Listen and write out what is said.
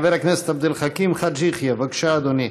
חבר הכנסת עבד אל-חכים חאג' יחיא, בבקשה, אדוני.